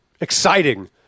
exciting